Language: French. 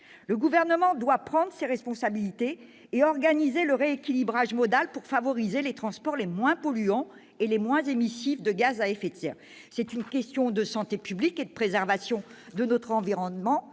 Le Gouvernement doit prendre ses responsabilités et organiser le rééquilibrage modal pour favoriser les transports les moins polluants et les moins émissifs de gaz à effet de serre. C'est une question de santé publique et de préservation de notre environnement,